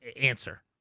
answer